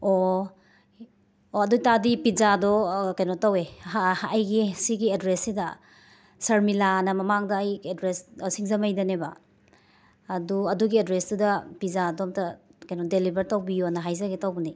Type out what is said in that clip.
ꯑꯣ ꯑꯣ ꯑꯗꯨ ꯇꯥꯔꯗꯤ ꯄꯤꯖꯥꯗꯣ ꯀꯩꯅꯣ ꯇꯧꯋꯦ ꯑꯩꯒꯦ ꯁꯤꯒꯤ ꯑꯦꯗ꯭ꯔꯦꯁꯁꯤꯗ ꯁꯔꯃꯤꯂꯥ ꯑꯅ ꯃꯃꯥꯡꯗ ꯑꯩ ꯑꯦꯗ꯭ꯔꯦꯁ ꯁꯤꯡꯖꯃꯩꯗꯅꯦꯕ ꯑꯗꯣ ꯑꯗꯨꯒꯤ ꯑꯦꯗ꯭ꯔꯦꯁꯇꯨꯗ ꯄꯤꯖꯥꯗꯣ ꯑꯃꯨꯛꯇ ꯀꯩꯅꯣ ꯗꯦꯂꯤꯕꯔ ꯇꯧꯕꯤꯌꯣꯅ ꯍꯥꯏꯖꯒꯦ ꯇꯧꯕꯅꯦ